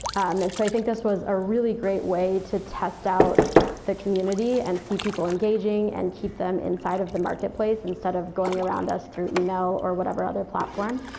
and so i think this was a really great way to test out the community and see people engaging and keep them inside of the marketplace, instead of going around us through e-mail or whatever other platform.